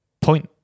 point